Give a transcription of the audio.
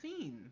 seen